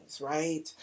right